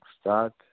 start